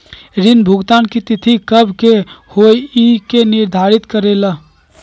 ऋण भुगतान की तिथि कव के होई इ के निर्धारित करेला?